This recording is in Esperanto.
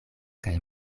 kaj